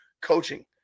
Coaching